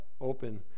open